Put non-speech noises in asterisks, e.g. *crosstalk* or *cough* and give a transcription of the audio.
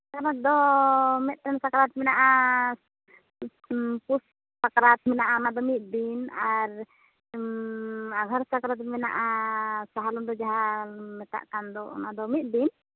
*unintelligible* ᱫᱚ ᱢᱤᱫᱴᱮᱱ ᱥᱟᱠᱨᱟᱛ ᱢᱮᱱᱟᱜᱼᱟ ᱯᱩᱥ ᱥᱟᱠᱨᱟᱛ ᱢᱮᱱᱟᱜᱼᱟ ᱚᱱᱟ ᱫᱚ ᱢᱤᱫ ᱫᱤᱱ ᱟᱨ ᱟᱸᱜᱷᱟᱲ ᱥᱟᱠᱨᱟᱛ ᱢᱮᱱᱟᱜᱼᱟ ᱥᱟᱦᱟᱞᱩᱱᱰᱟᱹ ᱡᱟᱦᱟᱸ ᱠᱚ ᱢᱮᱛᱟᱜ ᱠᱟᱱ ᱫᱚ ᱚᱱᱟ ᱫᱚ ᱢᱤᱫ ᱫᱤᱱ